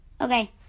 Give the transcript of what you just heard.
Okay